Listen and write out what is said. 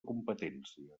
competència